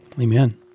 Amen